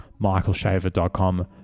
michaelshaver.com